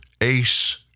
Ace